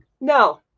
no